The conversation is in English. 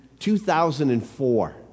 2004